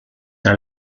tra